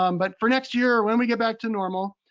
um but for next year, when we get back to normal,